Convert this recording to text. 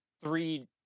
three